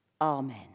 Amen